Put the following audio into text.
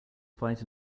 fight